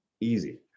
Easy